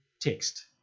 text